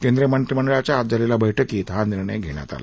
केंद्रीय मंत्रिमंडळाच्या आज झालेल्या बैठकीत हा निर्णय घेण्यात आला